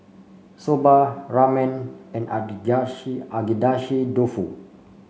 Soba Ramen and Agedashi Dofu